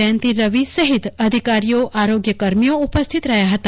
જ્યંતિ રવિ સહિત અધિકારીઓ આરોગ્ય કર્મીઓ ઉપસ્થિત રહ્યા હતા